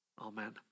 Amen